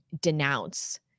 denounce